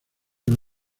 del